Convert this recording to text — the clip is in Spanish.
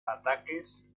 ataques